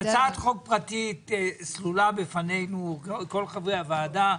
הצעת חוק פרטית סלולה בפני כל חברי הוועדה.